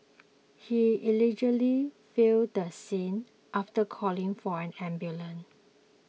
he allegedly fled the scene after calling for an ambulance